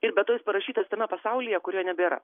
ir be to jis parašytas tame pasaulyje kurio nebėra